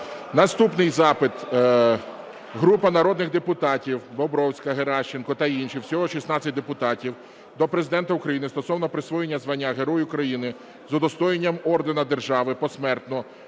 Наступний запит. Група народних депутатів (Бобровська, Геращенко та інших. Всього 16 депутатів) до Президента України стосовно присвоєння звання Герой України з удостоєнням ордена Держави (посмертно)